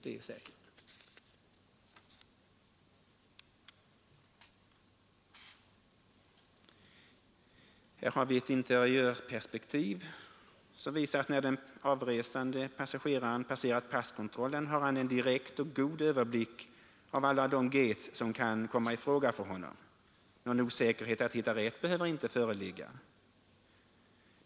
Jag visar nu ett interiörperspektiv, av vilket framgår att när den avresande passageraren passerat passkontrollen har han en direkt och god överblick över alla de gates som kan komma i fråga för honom. Någon osäkerhet när det gäller att hitta rätt behöver inte föreligga.